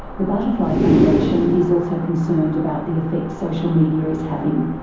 the butterfly foundation is also concerned about the affect social media is having.